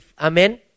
Amen